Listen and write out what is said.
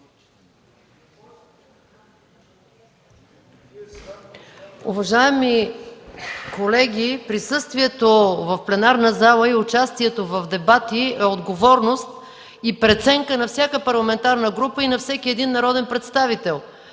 Уважаеми колеги, присъствието в пленарната зала и участието в дебати е отговорност и преценка на всяка парламентарна група и на всеки един народен представител.